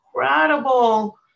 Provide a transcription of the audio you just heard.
incredible